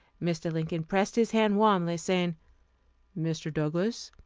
mr. lincoln pressed his hand warmly, saying mr. douglass,